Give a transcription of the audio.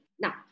Now